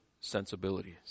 sensibilities